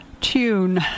tune